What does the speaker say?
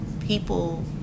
people